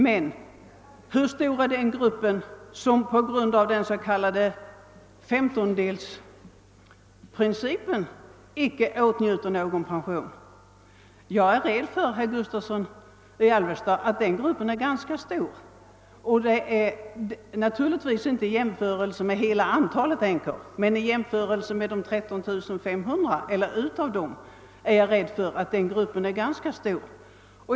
Men hur stor är den grupp som på grund av den s.k. femtondelsprincipen icke åtnjuter någon pension? Jag är rädd för att denna grupp är ganska stor, herr Gustavsson i Alvesta. Naturligtvis är den inte stor jämförd med hela antalet änkor men i jämförelse med de 13 150 är den stor.